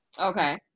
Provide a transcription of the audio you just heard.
okay